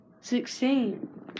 Sixteen